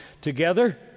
together